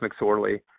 McSorley